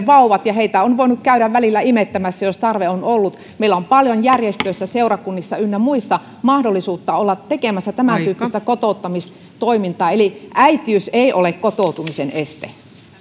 vauvat ja heitä on voinut käydä välillä imettämässä jos tarve on ollut meillä on paljon järjestöissä seurakunnissa ynnä muissa mahdollisuutta olla tekemässä tämän tyyppistä kotouttamistoimintaa eli äitiys ei ole kotoutumisen este